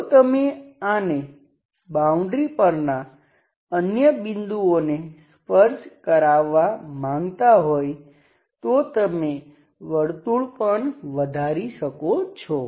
જો તમે આને બાઉન્ડ્રી પરના અન્ય બિંદુઓને સ્પર્શ કરાવવા માંગતા હોય તો તમે વર્તુળ પણ વધારી શકો છો